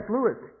Lewis